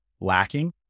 lacking